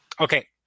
Okay